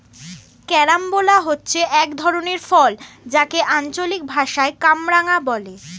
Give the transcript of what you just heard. carambola হচ্ছে এক ধরনের ফল যাকে আঞ্চলিক ভাষায় কামরাঙা বলে